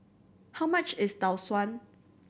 how much is Tau Suan